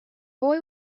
boy